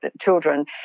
children